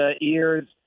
ears